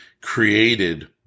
created